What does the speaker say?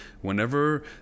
whenever